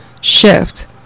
shift